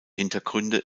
hintergründe